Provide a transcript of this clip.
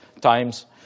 times